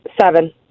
Seven